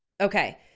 Okay